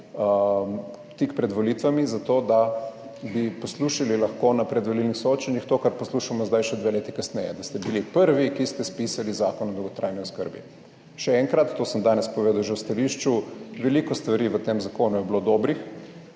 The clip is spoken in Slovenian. tik pred volitvami zato, da bi poslušali lahko na predvolilnih soočenjih to, kar poslušamo zdaj še dve leti kasneje, da ste bili prvi, ki ste spisali Zakon o dolgotrajni oskrbi. Še enkrat, to sem danes povedal že v stališču, veliko stvari v tem zakonu je bilo dobrih,